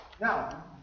now